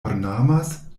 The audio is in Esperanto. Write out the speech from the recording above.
ornamas